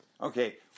okay